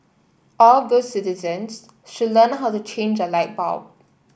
all good citizens should learn how to change a light bulb